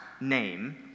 name